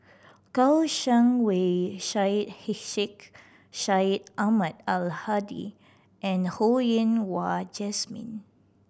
Kouo Shang Wei Syed Sheikh Syed Ahmad Al Hadi and Ho Yen Wah Jesmine